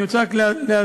אני רוצה רק להבהיר